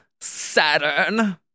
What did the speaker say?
Saturn